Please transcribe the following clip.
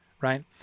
right